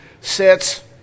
sits